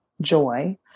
joy